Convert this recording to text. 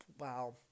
wow